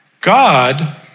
God